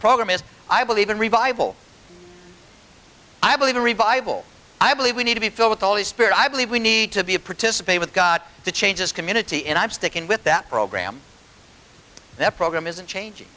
program is i believe in revival i believe in revival i believe we need to be filled with all the spirit i believe we need to be a participate with got to change this community and i'm sticking with that program that program isn't changing